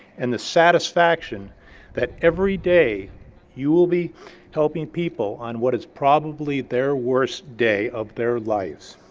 and the satisfaction that every day you will be helping people on what is probably their worst day of their lives.